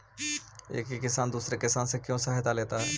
एक किसान दूसरे किसान से क्यों सहायता लेता है?